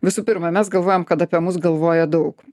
visų pirma mes galvojam kad apie mus galvoja daug